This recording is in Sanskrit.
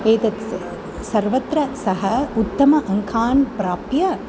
एतद् सर्वत्र सः उत्तम अङ्कान् प्राप्य